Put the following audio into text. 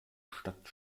stadt